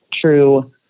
true